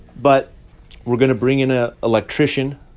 but we're going to bring in a electrician,